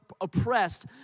oppressed